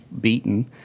beaten